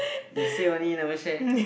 you say only never share